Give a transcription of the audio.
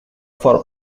for